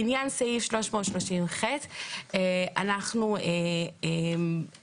בעניין סעיף 330ח